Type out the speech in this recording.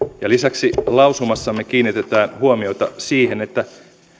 ja lisäksi lausumassamme kiinnitetään huomiota siihen että